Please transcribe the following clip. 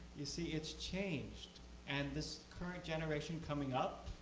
you see, it's changed and this current generation coming up,